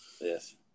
Yes